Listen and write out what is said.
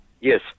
Yes